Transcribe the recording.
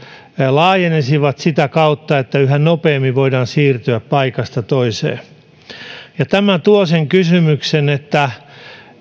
laajenisivat sitä kautta että yhä nopeammin voitaisiin siirtyä paikasta toiseen tämä tuo mieleen sen että